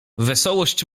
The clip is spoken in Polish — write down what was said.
wesołość